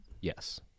yes